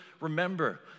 remember